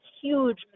huge